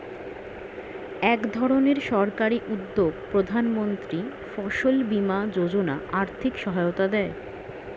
একধরনের সরকারি উদ্যোগ প্রধানমন্ত্রী ফসল বীমা যোজনা আর্থিক সহায়তা দেয়